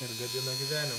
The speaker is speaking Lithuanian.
ir gadina gyvenimą